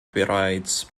bereits